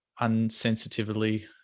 unsensitively